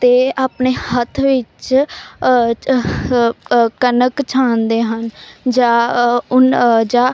ਅਤੇ ਆਪਣੇ ਹੱਥ ਵਿੱਚ 'ਚ ਹ ਕਣਕ ਛਾਣਦੇ ਹਨ ਜਾਂ ਉਨ ਜਾਂ